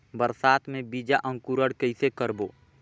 बरसात मे बीजा अंकुरण कइसे करबो?